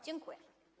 Dziękuję.